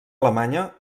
alemanya